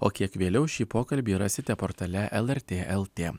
o kiek vėliau šį pokalbį rasite portale lrt lt